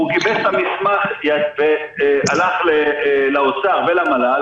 הוא גיבש את המסמך, הלך לאוצר ולמל"ל.